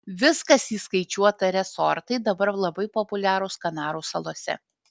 viskas įskaičiuota resortai dabar labai populiarūs kanarų salose